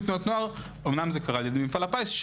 בינוי תנועות נוער אמנם זה קרה על ידי מפעל הפיס שהוא